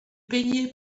peignait